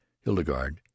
hildegarde